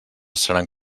seran